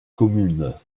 communes